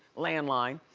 landline,